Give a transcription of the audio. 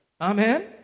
Amen